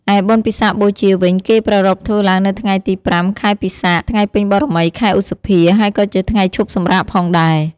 ឯបុណ្យពិសាខបូជាវិញ គេប្រារព្ធធ្វើឡើងនៅថ្ងៃទី ៥ ខែពិសាខ ថ្ងៃពេញបូរមី ខែឧសភា ហើយក៏ជាថ្ងៃឈប់សម្រាកផងដែរ ។